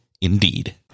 indeed